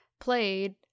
played